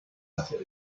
hacer